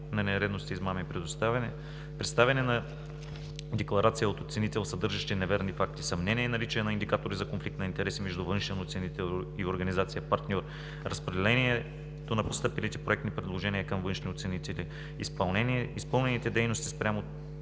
на нередности и измами; представяне на декларация от оценител, съдържаща неверни факти; съмнения и наличия на индикатори за конфликт на интереси между външен оценител и организация партньор; разпределението на постъпилите проектни предложения към външни оценители; изпълнените дейности спрямо